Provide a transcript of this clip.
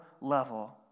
level